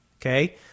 Okay